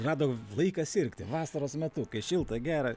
rado laiką sirgti vasaros metu kai šilta gera